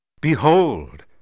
Behold